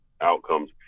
outcomes